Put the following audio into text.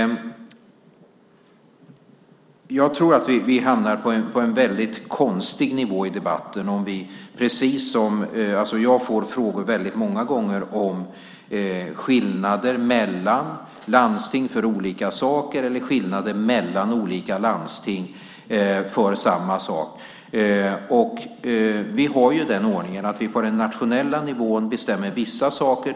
Jag får väldigt många gånger frågor om skillnader mellan landsting för olika saker eller skillnader mellan olika landsting för samma sak. Vi har den ordningen att vi på den nationella nivån bestämmer vissa saker.